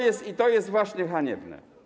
I to jest właśnie haniebne.